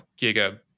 giga